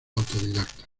autodidacta